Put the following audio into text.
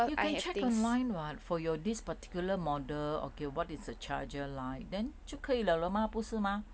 you can check online [what] for your this particular model okay what is the charger like then 就可以了了吗不是吗